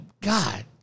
God